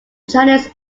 chinese